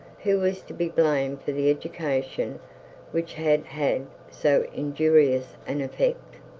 who was to be blamed for the education which had had so injurious an effect.